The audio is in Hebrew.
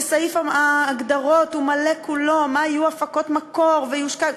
וסעיף ההגדרות מלא כולו במה יהיו הפקות המקור ומה יושקע,